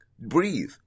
Breathe